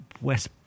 West